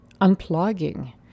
unplugging